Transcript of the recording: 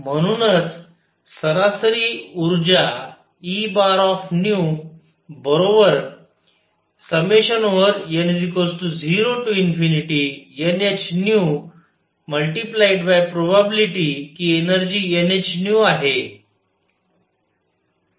म्हणूनच सरासरी उर्जा E बरोबर n0nhप्रोबॅबिलिटी की एनर्जी nh आहे